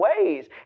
ways